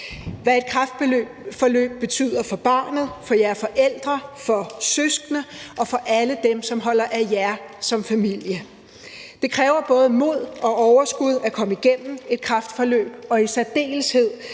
hvad et kræftforløb betyder for barnet, for jer forældre, for søskende og for alle dem, som holder af jer som familie. Det kræver både mod og overskud at komme igennem et kræftforløb og i særdeleshed